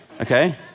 okay